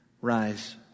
Rise